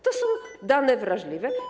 To są dane wrażliwe.